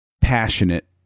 passionate